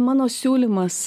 mano siūlymas